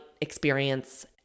experience